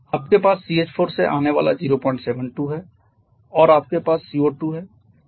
आपके पास CH4 से आने वाला 072 है और आपके पास CO2 है